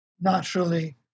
naturally